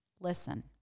Listen